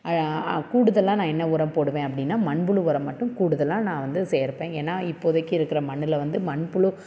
கூடுதலாக நான் என்ன உரம் போடுவேன் அப்படின்னா மண்புழு உரம் மட்டும் கூடுதலாக நான் வந்து சேர்ப்பேன் ஏன்னா இப்போதைக்கு இருக்கிற மண்ணில் வந்து மண்புழு